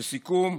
לסיכום,